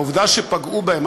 העובדה שפגעו בהם,